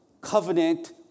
covenant